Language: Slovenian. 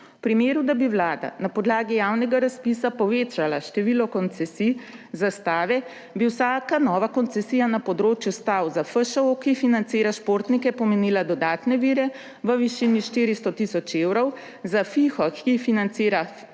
V primeru, da bi Vlada na podlagi javnega razpisa povečala število koncesij za stave, bi vsaka nova koncesija na področju stav za FŠO, ki financira športnike, pomenila dodatne vire v višini 400 tisoč evrov; za FIHO, ki financira invalidske